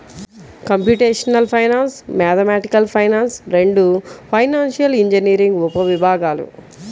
computational finance, mathematical finance రెండూ financial engineering ఉపవిభాగాలు